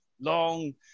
Long